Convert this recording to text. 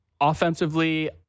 Offensively